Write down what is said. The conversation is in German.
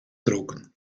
drogen